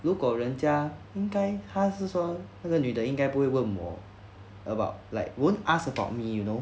如果人家应该他是说那个女的应该不会问我 about like won't ask about me you know